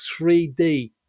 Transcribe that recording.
3d